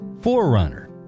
Forerunner